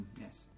Yes